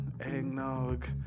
eggnog